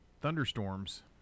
Thunderstorms